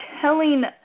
Telling